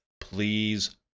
Please